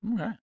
Okay